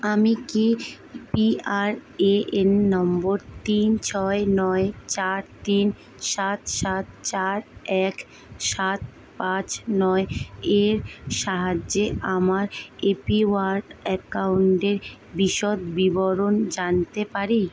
আমি কি PRAN number তিন ছয় নয় চার তিন সাত সাত চার এক সাত পাঁচ নয় এর সাহায্যে আমার এপিওয়াই অ্যাকাউন্টের বিশদ বিবরণ জানতে পারি